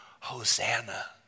Hosanna